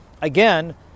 Again